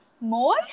More